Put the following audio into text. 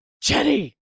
Jenny